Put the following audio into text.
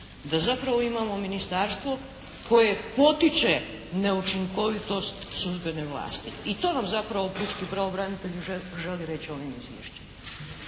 Da zapravo imamo ministarstvo koje potiče neučinkovitost sudbene vlasti. I to nam zapravo pučki pravobranitelj želi reći ovim izvješćem.